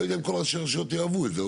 אני לא יודע אם כל ראשי הרשויות יאהבו את זה,